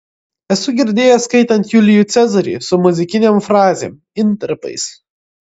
esu girdėjęs skaitant julijų cezarį su muzikinėm frazėm intarpais